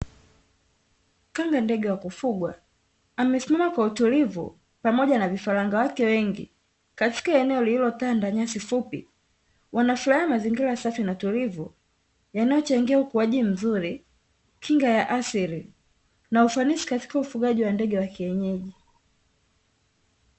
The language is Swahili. Kama ndege wa kufugwa amesimama kwa utulivu pamoja na vifaranga wake wengi katika enek lililotanda nyasi fupi, wanafurahia mazingira safi na tulivu, yanayochangia ukuaji mzuri kinga ya asili na ufanisi katika ufugajiwa ndege wa kienyeji,